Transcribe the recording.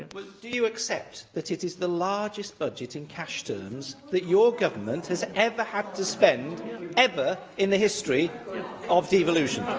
do you accept that it is the largest budget in cash terms that your government has ever had to spend ever in the history of devolution?